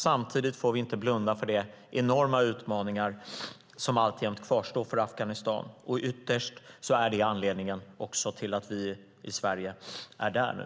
Samtidigt får vi inte blunda för de enorma utmaningar som alltjämt kvarstår för Afghanistan. Ytterst är det också anledningen till att vi är där nu.